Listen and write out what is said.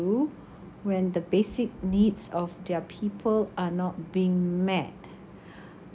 when the basic needs of their people are not being met